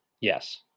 Yes